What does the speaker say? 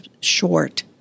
short